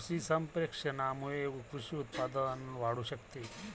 कृषी संप्रेषणामुळे कृषी उत्पादन वाढू शकते